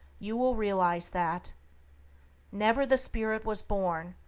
you will realize that never the spirit was born,